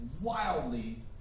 wildly